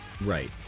Right